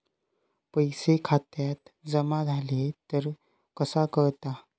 पैसे खात्यात जमा झाले तर कसा कळता?